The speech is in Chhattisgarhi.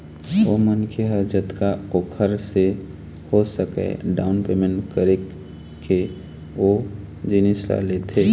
ओ मनखे ह जतका ओखर से हो सकय डाउन पैमेंट करके ओ जिनिस ल लेथे